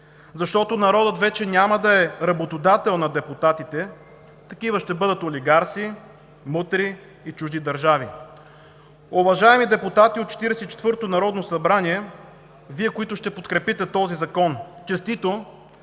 защото народът вече няма да е работодател на депутатите – такива ще бъдат олигарси, мутри и чужди държави. Уважаеми депутати от Четиридесет и четвъртото народно събрание, Вие, които ще подкрепите този закон – честито!